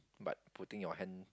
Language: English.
but putting your hand